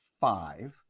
five